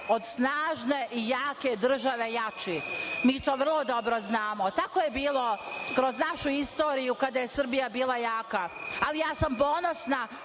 od snažne i jake države jači, mi to vrlo dobro znamo. Tako je bilo kroz našu istoriju kada je Srbija bila jaka, ali ja sam ponosna